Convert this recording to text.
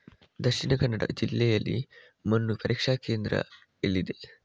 ದಕ್ಷಿಣ ಕನ್ನಡ ಜಿಲ್ಲೆಯಲ್ಲಿ ಮಣ್ಣು ಪರೀಕ್ಷಾ ಕೇಂದ್ರ ಎಲ್ಲಿದೆ?